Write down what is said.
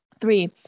Three